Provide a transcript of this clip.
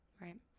Right